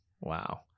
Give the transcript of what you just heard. Wow